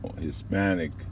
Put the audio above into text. Hispanic